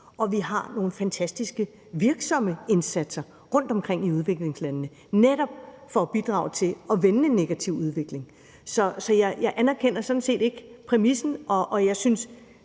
og vi gør nogle fantastisk virksomme indsatser rundtomkring i udviklingslandene netop for at bidrage til at vende en negativ udvikling. Så jeg anerkender sådan set ikke præmissen, men jeg synes